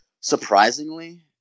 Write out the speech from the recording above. Surprisingly